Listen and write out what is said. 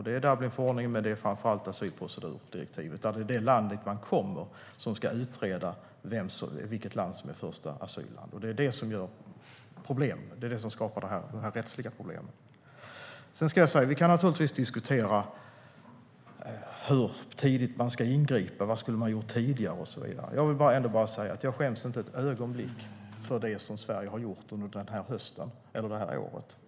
Det är Dublinförordningen men framför allt asylprocedurdirektivet, där det är det land dit man kommer som ska utreda vilket land som är första asylland. Det är det som skapar de här rättsliga problemen. Vi kan naturligtvis diskutera hur tidigt man ska ingripa, vad man skulle ha gjort tidigare och så vidare. Jag vill ändå bara säga att jag inte skäms ett ögonblick för det Sverige har gjort under den här hösten eller det här året.